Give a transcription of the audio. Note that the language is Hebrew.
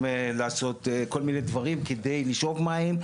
לעשות כל מיני דברים כדי לשאוב מים,